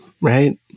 right